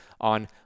on